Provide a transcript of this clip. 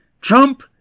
Trump